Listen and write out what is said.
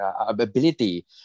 ability